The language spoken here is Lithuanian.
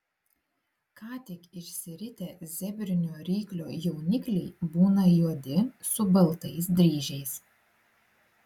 ką tik išsiritę zebrinio ryklio jaunikliai būna juodi su baltais dryžiais